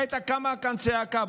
הרי הייתה קמה כאן צעקה.